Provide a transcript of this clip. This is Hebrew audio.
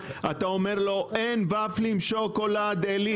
אתה אומר לו: אין וופלים שוקולד עלית,